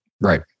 Right